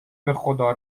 بخدا